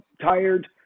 tired